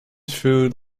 food